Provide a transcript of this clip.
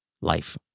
life